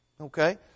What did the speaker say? Okay